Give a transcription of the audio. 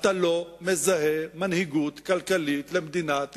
אתה לא מזהה מנהיגות כלכלית למדינת ישראל,